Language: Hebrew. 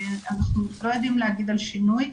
אנחנו לא יודעים להגיד על שינוי.